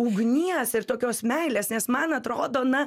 ugnies ir tokios meilės nes man atrodo na